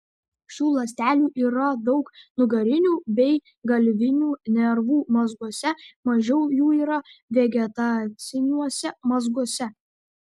šių ląstelių yra daug nugarinių bei galvinių nervų mazguose mažiau jų yra vegetaciniuose mazguose